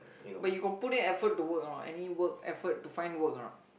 but you got put in effort to work or not any work effort to find work or not